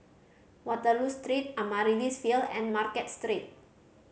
Waterloo Street Amaryllis Ville and Market Street